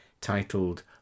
titled